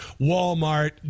Walmart